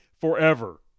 forever